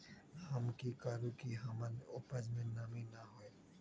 हम की करू की हमर उपज में नमी न होए?